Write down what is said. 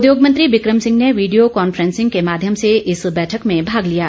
उद्योग मंत्री बिक्रम सिंह ने वीडियो कॉन्फ्रेंसिंग के माध्यम से इस बैठक में भाग लिया